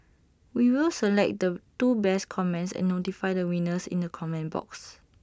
we will select the two best comments and notify the winners in the comments box